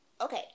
okay